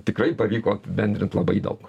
tikrai pavyko apibendrint labai daug